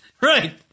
Right